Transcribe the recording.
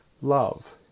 love